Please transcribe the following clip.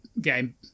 game